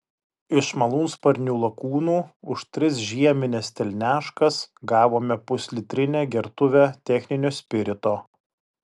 iš malūnsparnių lakūnų už tris žiemines telniaškas gavome puslitrinę gertuvę techninio spirito